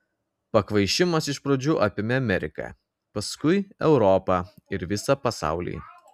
pakvaišimas iš pradžių apėmė ameriką paskui europą ir visą pasaulį